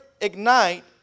ignite